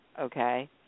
okay